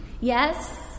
Yes